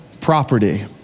property